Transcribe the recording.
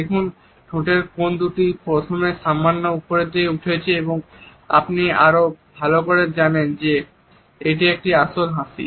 দেখুন ঠোঁটের কোন দুটি প্রথমে সামান্য উপরের দিকে উঠছে এবং আপনি তাহলে আরো বেশি করে জানেন যে এটি একটি আসল হাসি